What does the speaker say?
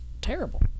terrible